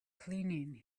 cleaning